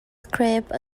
scrape